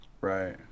Right